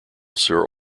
sir